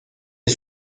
est